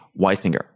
Weisinger